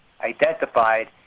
identified